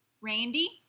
Randy